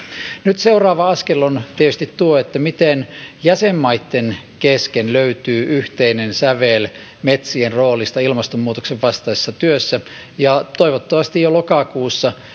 nyt seuraava askel on tietysti tuo miten jäsenmaitten kesken löytyy yhteinen sävel metsien roolista ilmastonmuutoksen vastaisessa työssä ja toivottavasti jo lokakuussa